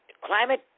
Climate